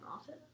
office